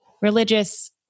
religious